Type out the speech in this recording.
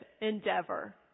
endeavor